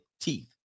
teeth